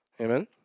Amen